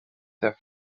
their